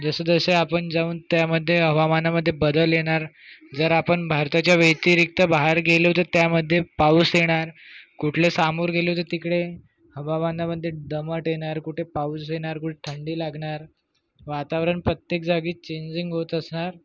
जसजसे आपण जाऊन त्यामध्ये हवामानामध्ये बदल येणार जर आपण भारताच्या व्यतिरिक्त बाहेर गेलो तर त्यामध्ये पाऊस येणार कुठले समोर गेलो तर तिकडे हवामानामध्ये दमट येणार कुठे पाऊस येणार कुठं थंडी लागणार वातावरण प्रत्येक जागी चेंंन्जिंग होत असणार